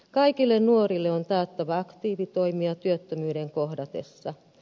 kaikille nuorille on taattava aktiivitoimia työttömyyden kohdatessa